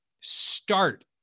start